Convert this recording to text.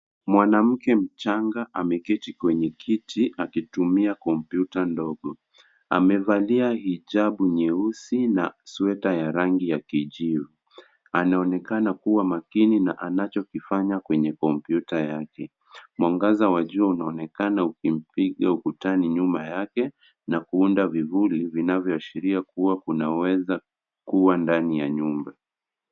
Mwanamke mchanga ameketi kwenye kiti akitumia kompyuta ndogo. Amevalia hijabu nyeusi na sweta ya rangi ya kijivu. Anaonekana kuwa makini na anachokifanya kwenye kompyuta yake. Mwangaza wa jua unaonekana ukimpiga ukutani nyuma yake na kuunda vivuli vinavyoashiria kuwa kunaweza kuwa ndani ya nyumba.